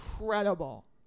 Incredible